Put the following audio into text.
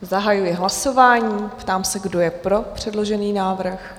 Zahajuji hlasování, ptám se, kdo je pro předložený návrh?